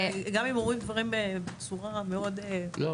גם אם אומרים דברים בצורה כזאת,